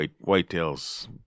Whitetail's